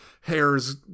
hair's